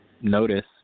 notice